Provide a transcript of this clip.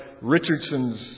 Richardson's